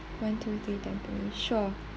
one two three tampines sure